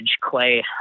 Clay